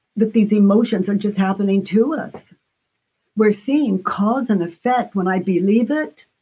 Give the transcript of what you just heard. that these emotions are just happening to us we're seeing cause and effect. when i believe it,